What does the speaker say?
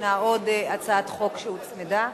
ישנה עוד הצעת חוק שהוצמדה.